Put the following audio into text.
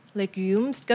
legumes